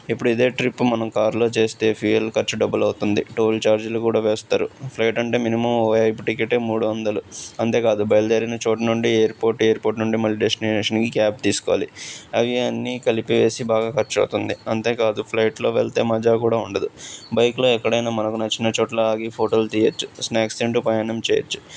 ఇప్పుడు ఇదే ట్రిప్ మనం కారులో చేస్తే ఫ్యూయల్ ఖర్చు డబల్ అవుతుంది టోల్ ఛార్జులు కూడా వేస్తారు ఫ్లైట్ అంటే మినిమం ఓ హైప్ టిక్కెటే మూడు వందలు అంతేకాదు బయలుదేరిన చోటు నుండి ఎయిర్పోర్ట్ ఎయిర్పోర్ట్ నుండి మళ్ళీ డెస్టినేషన్కి క్యాబ్ తీసుకోవాలి అవి అన్నీ కలిపేసి బాగా ఖర్చవుతుంది అంతేకాదు ఫ్లైట్లో వెళ్తే మజా కూడా ఉండదు బైక్లో ఎక్కడైనా మనకు నచ్చిన చోట్ల ఆగి ఫోటోలు తీయవచ్చు స్నాక్స్ తింటూ ప్రయాణం చేయవచ్చు